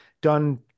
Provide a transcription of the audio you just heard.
done